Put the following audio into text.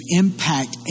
impact